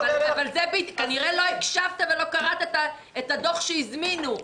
כנראה לא הקשבת ולא קראת את הדוח שהזמינו.